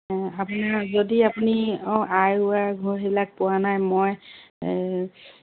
আপোনাৰ যদি আপুনি অঁ আই ৱাই ঘৰ সেইবিলাক পোৱা নাই মই